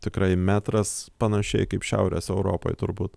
tikrai metras panašiai kaip šiaurės europoj turbūt